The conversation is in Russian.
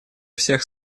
всех